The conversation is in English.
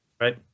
Right